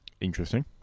Interesting